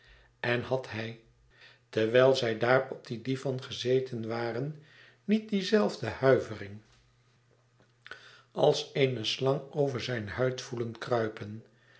en had hij terwijl zij daar op dien divan gezeten waren niet die zelfde huivering als eene slang over zijne huid voelen sluipen